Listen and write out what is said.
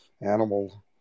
animal